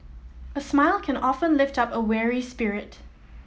a smile can often lift up a weary spirit